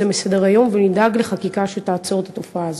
זה מסדר-היום ונדאג לחקיקה שתעצור את התופעה הזאת.